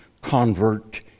convert